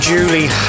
Julie